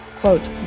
quote